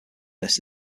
list